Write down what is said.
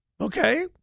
Okay